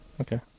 Okay